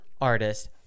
artist